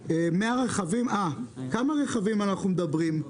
כמה רכבים אנחנו מדברים?